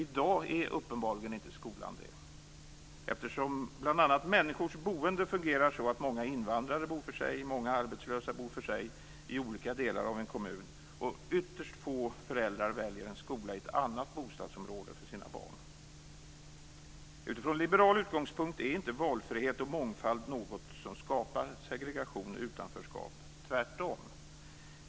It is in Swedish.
I dag är uppenbarligen inte skolan det. Eftersom bl.a. människors boende fungerar så att många invandrare bor för sig, många arbetslösa bor för sig i olika delar av en kommun och ytterst få föräldrar väljer en skola i ett annat bostadsområde för sina barn. Utifrån liberal utgångspunkt är inte valfrihet och mångfald något som skapar segregation och utanförskap. Tvärtom.